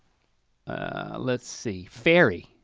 ah let's see, ferry.